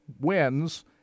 wins